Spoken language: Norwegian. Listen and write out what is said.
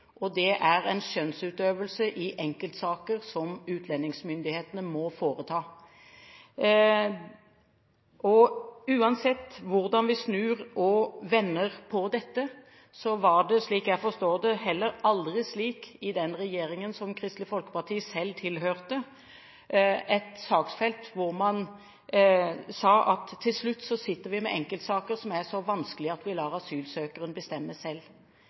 og det er en skjønnsutøvelse i enkeltsaker som utlendingsmyndighetene må foreta. Uansett hvordan vi snur og vender på dette, var det, slik jeg forstår det, heller aldri i den regjeringen som Kristelig Folkeparti selv tilhørte, et saksfelt hvor man sa at til slutt sitter vi med enkeltsaker som er så vanskelige at vi lar asylsøkeren bestemme selv.